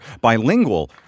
bilingual